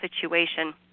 situation